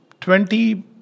twenty